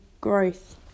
growth